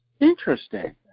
Interesting